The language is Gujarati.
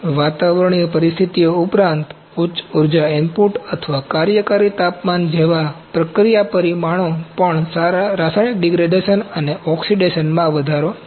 વાતાવરણીય પરિસ્થિતિઓ ઉપરાંત ઉચ્ચ ઊર્જા ઇનપુટ અથવા કાર્યકારી તાપમાન જેવા પ્રક્રિયા પરિમાણો પણ રાસાયણિક ડિગ્રેડેશન અને ઓક્સિડેશન માં વધારો કરી શકે છે